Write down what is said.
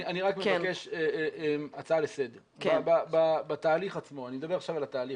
אני רק מבקש הצעה לסדר בתהליך עצמו אני מדבר עכשיו על התהליך,